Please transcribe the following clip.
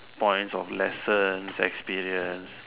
points of lessons experience